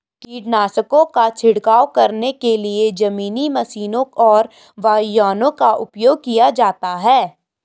कीटनाशकों का छिड़काव करने के लिए जमीनी मशीनों और वायुयानों का उपयोग किया जाता है